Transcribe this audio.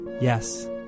Yes